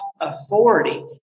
authority